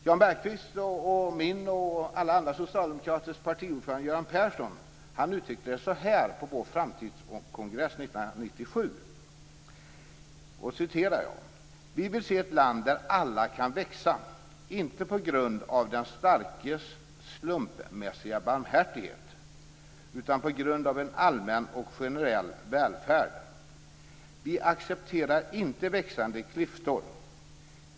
Jan Bergqvists, min och alla andra socialdemokraters partiordförande Göran Persson uttryckte det så här på vår framtidskongress 1997: "Vi vill se ett land där alla kan växa - inte på grund av den starkes slumpmässiga barmhärtighet - utan på grund av en allmän och generell välfärd. Vi accepterar inte växande klyftor.